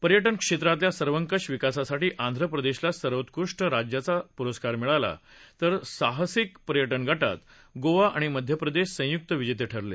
पर्यटन क्षेत्रातल्या सर्वकष विकासासाठी आंध्रप्रदेशला सर्वोत्कृष्ट राज्याचा पुरस्कार मिळाला तर साहसिक पर्यटन गटात गोवा आणि मध्य प्रदेश संयुक्त विजेते ठरले